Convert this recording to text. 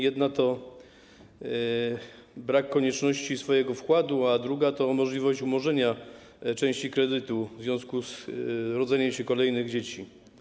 Jedna to brak konieczności posiadania swojego wkładu, a druga to możliwość umorzenia części kredytu w związku z rodzeniem się kolejnych dzieci.